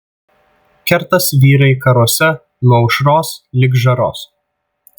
kertas vyrai karuose nuo aušros lig žaros